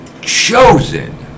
chosen